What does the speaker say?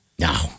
No